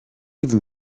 even